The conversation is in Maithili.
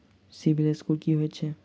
सिबिल स्कोर की होइत छैक?